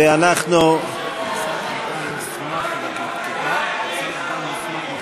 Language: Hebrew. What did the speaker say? ואנחנו, אדוני היושב-ראש, אני מבקש להדגיש כי